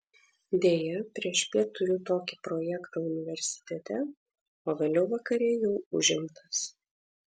deja priešpiet turiu tokį projektą universitete o vėliau vakare jau užimtas